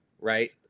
right